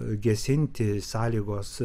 gesinti sąlygos